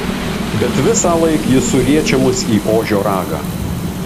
bet visąlaik jis suriečia mus į ožio ragą